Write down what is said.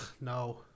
no